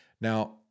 Now